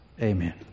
Amen